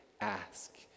ask